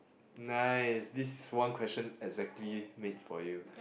nice this is one question exactly made for you